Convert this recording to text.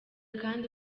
kandi